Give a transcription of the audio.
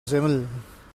semmeln